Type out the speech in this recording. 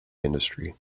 industry